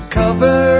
cover